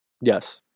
Yes